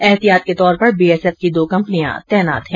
ऐहतियात के तौर पर बीएसएफ की दो कंपनियां तैनात है